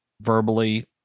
verbally